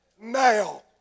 Now